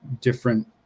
different